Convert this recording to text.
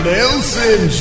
Nelson